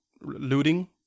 looting